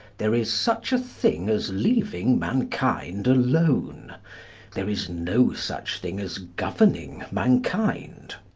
there is such a thing as leaving mankind alone there is no such thing as governing mankind.